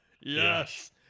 Yes